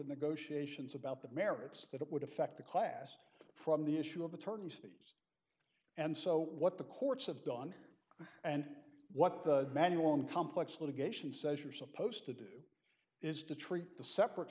negotiations about the merits that would affect the class from the issue of attorney's fees and so what the courts have done and what the manual on complex litigation says you're supposed to do is to treat the separate